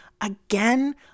Again